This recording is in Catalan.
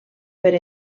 per